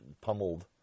pummeled